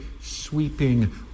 sweeping